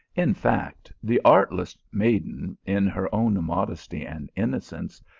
in fact, the artless maiden, in her own modesty and innocence,